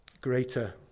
greater